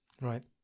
Right